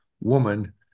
woman